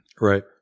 Right